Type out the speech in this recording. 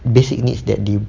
basic needs that they